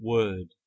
Word